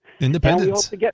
Independence